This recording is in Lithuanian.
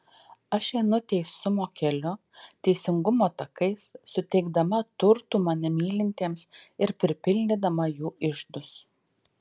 aš einu teisumo keliu teisingumo takais suteikdama turtų mane mylintiems ir pripildydama jų iždus